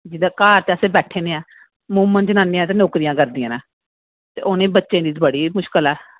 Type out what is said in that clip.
जेल्लै घर अस बैठनियां ते जनानियां नौकरियां करदियां न ते उ'नें बच्चें गी बड़ी मुशकल ऐ